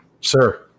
Sir